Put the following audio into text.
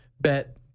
bet